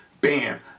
Bam